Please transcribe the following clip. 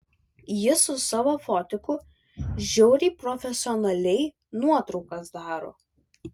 jis su savo fotiku žiauriai profesionaliai nuotraukas daro